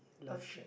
okay